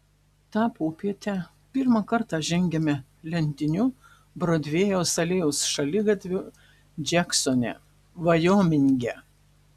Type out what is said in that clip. tą popietę pirmą kartą žengiame lentiniu brodvėjaus alėjos šaligatviu džeksone vajominge